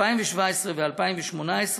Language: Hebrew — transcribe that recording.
2017 ו-2018,